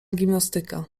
gimnastyka